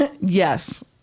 yes